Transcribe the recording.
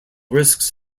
risks